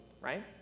right